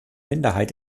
minderheit